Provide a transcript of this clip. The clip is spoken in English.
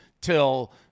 till